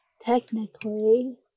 Technically